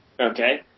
Okay